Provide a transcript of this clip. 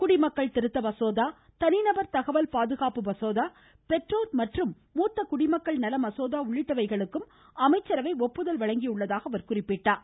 குடிமக்கள் திருத்த மசோதா தனிநபர் தகவல் பாதுகாப்பு மசோதா பெற்றோர் மற்றும் மூத்த குடிமக்கள் நல மசோதா உள்ளிட்டவைகளுக்கும் அமைச்சரவை ஒப்புதல் அளித்துள்ளதாக அவர் குறிப்பிட்டார்